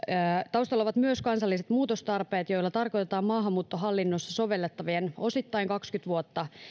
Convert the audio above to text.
taustalla ovat myös kansalliset muutostarpeet joilla tarkoitetaan maahanmuuttohallinnossa sovellettavien osittain kaksikymmentä vuotta